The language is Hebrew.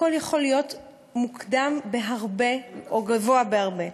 הכול יכול להיות מוקדם בהרבה או גבוה בהרבה.